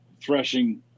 threshing